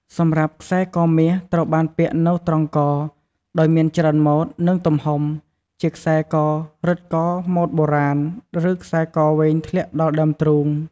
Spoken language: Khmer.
សម្រាប់ខ្សែកមាស ត្រូវបានពាក់នៅត្រង់ក ដោយមានច្រើនម៉ូដ និងទំហំ ជាខ្សែករឹតក ម៉ូដបុរាណ ឬខ្សែកវែងធ្លាក់ដល់ដើមទ្រូង។